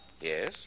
Yes